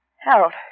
Harold